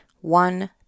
one